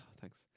Thanks